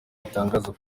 gitangaza